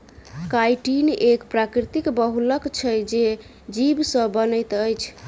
chitin एक प्राकृतिक बहुलक छै जे जीव से बनैत अछि